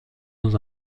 dans